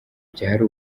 byari